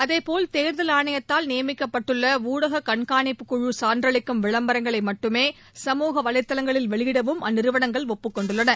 அதேபோல் தேர்தல் ஆணையத்தால் நியமிக்கப்பட்டுள்ள ஊடக கண்காணிப்புக்குழு சான்றளிக்கும் விளம்பரங்களை மட்டுமே சமூக வலைதளங்களில் வெளியிடவும் அந்நிறுவனங்கள் ஒப்புக்கொண்டுள்ளன